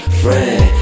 friend